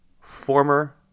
former